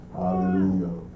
hallelujah